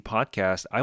Podcast